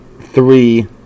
three